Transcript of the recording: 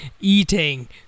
eating